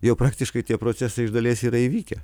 jau praktiškai tie procesai iš dalies yra įvykę